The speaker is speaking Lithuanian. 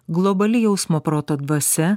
globali jausmo proto dvasia